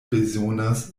bezonas